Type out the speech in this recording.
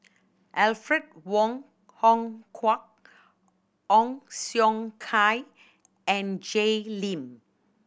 Alfred Wong Hong Kwok Ong Siong Kai and Jay Lim